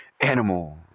animal